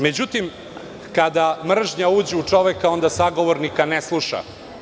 Međutim, kada mržnja uđe u čoveka, onda sagovornika ne sluša.